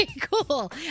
cool